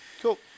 Cool